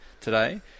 today